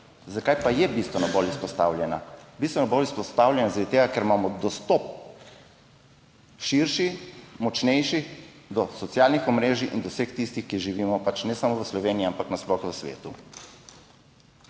Zakaj pa je bistveno bolj izpostavljena? Bistveno bolj je izpostavljena zaradi tega, ker imamo dostop, širši, močnejši, do socialnih omrežij in do vseh tistih, ki živimo pač ne samo v Sloveniji, ampak nasploh v svetu.